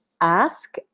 ask